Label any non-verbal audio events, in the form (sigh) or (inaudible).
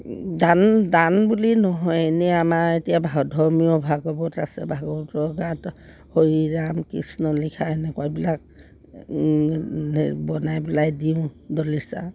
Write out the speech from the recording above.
দান দান বুলি নহয় এনেই আমাৰ এতিয়া ধৰ্মীয় ভাগৱত আছে ভাগৱতৰ (unintelligible) হৰিৰাম কৃষ্ণ লিখা এনেকুৱা বিলাক বনাই পেলাই দিওঁ ডলিচা